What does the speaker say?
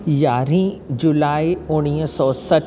यारहीं जुलाई उणिवीह सौ सठि